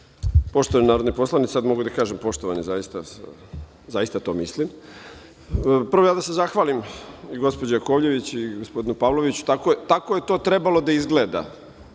Hvala. Poštovani narodni poslanici, sad mogu da kažem „poštovani“, jer zaista to mislim, prvo bih da se zahvalim i gospođi Jakovljević i gospodinu Pavloviću. Tako je to trebalo da izgleda.